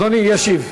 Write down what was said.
אדוני ישיב.